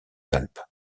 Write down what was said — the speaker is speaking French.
alpes